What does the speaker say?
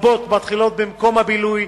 רבות מתחילות במקום הבילוי,